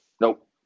nope